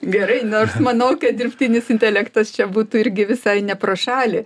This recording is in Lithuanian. gerai nors manau kad dirbtinis intelektas čia būtų irgi visai ne pro šalį